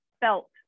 felt